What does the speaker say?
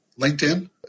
LinkedIn